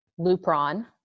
Lupron